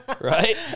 right